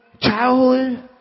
childhood